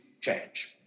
change